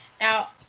Now